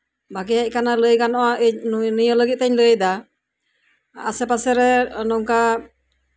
ᱵᱷᱟᱜᱮ ᱦᱮᱡ ᱟᱠᱟᱱᱟ ᱞᱟᱹᱭ ᱜᱟᱱᱚᱜᱼᱟ ᱱᱤᱭᱟᱹ ᱞᱟᱹᱜᱤᱫ ᱛᱮᱧ ᱞᱟᱹᱭ ᱫᱟ ᱟᱥᱮ ᱯᱟᱥᱮᱨᱮ ᱱᱚᱝᱠᱟ